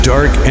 Dark